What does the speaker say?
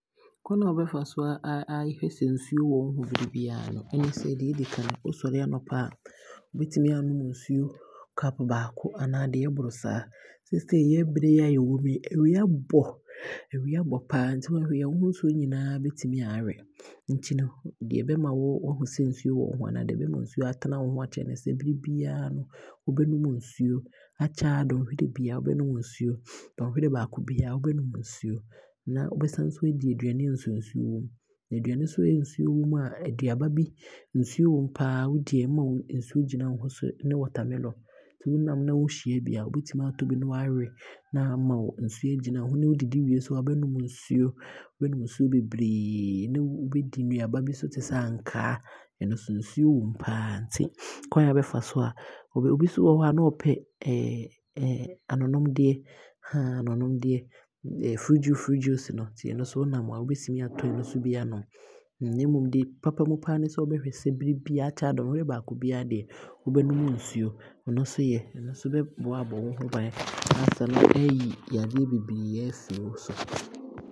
Kwane a wobɛfa so aahwɛ sɛ nsuo wɔ wo ho abere biaa no, ɛne sɛ nea ɛdikan no, wosɔre anɔpa a wobɛtumi aanom nsuo cup baako naa deɛ ɔboro saa. Seisei yɛbere a yɛwɔ mu yi awia bɔ, awia bɔ paa nti wanhwɛ no yie a wo ho nsuo nyinaa bɛtumi aawe, nti no deɛ ɛbɛma waahu sɛ nsuo wɔ wo ho anaa nsuo bɛtene wo ho aakyɛ ne sɛ bere biaa no wobɛnom nsuo akyɛ aa dɔnhwere biaa wobɛnom nsuo, dɔnhwere baako biaa wobɛnom nsuo na wobɛdam nso aadi aduane a nsuo nsuo wɔ mu. Aduane nsuo wɔ mu a, aduaba bi a nsuo wɔ mu paa a wodi a ɛma nsuo gyina wo ho ne watermelon. Nti sɛ wonam na wohyia bi a, wobɛtumi atɔ bi na wanom, ɛbɛma nsuo agyina wo ho, ne wodidi wie nso a wobɛnom nsuo, wobɛnom nsuo beberee ne wobɛdi nnuaba bi te sɛ ankaa, ɛno nso nsuo wɔ mu paa nti kwan a wobɛfa so a, obi nso wɔ hɔ a na ɔpɛ anonomdeɛ anonomdeɛ, Fruit juice Fruit juice nom, nti ɛno nso wonam a wobɛtumi atɔ ɛno nso bi aanom. Na mmom ne papa mu paa ne sɛ wobɛhwɛ sɛ dɔnhwere baako biaa deɛ wobɛnom nsuo, ɛno nso yɛ. Ɛno nso bɛboa aabɔ wo bane, asane aayi yareɛ pii aafri wo so.